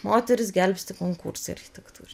moteris gelbsti konkursai architektūri